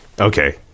Okay